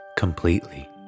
Completely